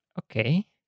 okay